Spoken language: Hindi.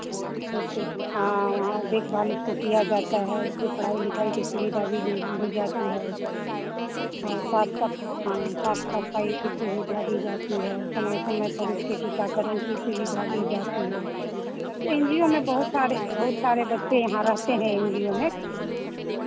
उसके हाँ हाँ देखभाल उसको किया जाता है उसके पढ़ाई लिखाई की सुविधा भी दी जाती है और साफ सफा हाँ साफ सफाई की सुविधा दी जाती है समय समय पर उसके टीकाकरण की सुविधा दी जाती है तो एन जी ओ में बहुत सारे बहुत सारे बच्चे यहाँ रहते हैं एन जी ओ में